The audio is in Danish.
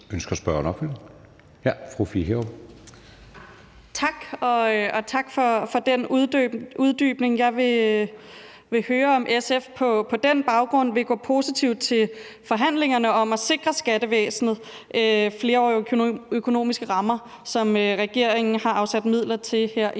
Tak. Og tak for den uddybning. Jeg vil høre, om SF på den baggrund vil gå positivt til forhandlingerne om at sikre skattevæsenet flerårige økonomiske rammer, som regeringen har afsat midler til her i